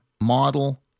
model